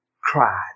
cried